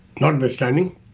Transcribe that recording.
notwithstanding